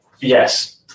yes